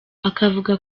akavuga